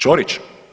Ćorić?